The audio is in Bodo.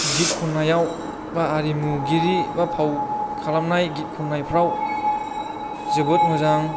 गित खननायाव एबा आरिमुगिरि एबा फाव खालामनाय गित खननायफ्राव जोबोद मोजां